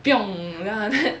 piong then after that